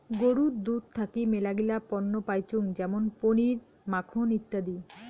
গরুর দুধ থাকি মেলাগিলা পণ্য পাইচুঙ যেমন পনির, মাখন ইত্যাদি